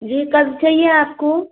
जी कब चाहिए आपको